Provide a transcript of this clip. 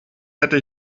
hätte